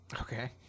Okay